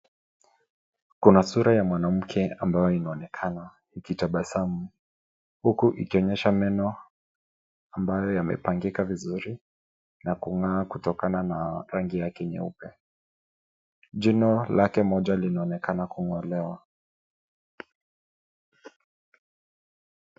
Kuna sura ya mwanamke ambayo inaonekana ikitabasamu huku ikionyesha meno ambayo yamepangika vizuri na kung'aa kutokana na rangi yake nyeupe. Jino lake moja linaonekana kung'olewa.